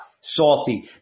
salty